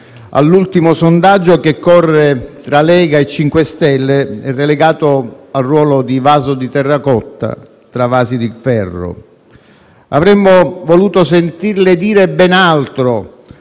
all'ultimo sondaggio che corre tra Lega e Movimento 5 Stelle; è relegato al ruolo di vaso di terracotta tra vasi di ferro. Avremmo voluto sentirle dire ben altro.